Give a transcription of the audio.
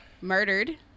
Murdered